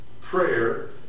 prayer